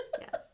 Yes